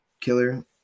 killer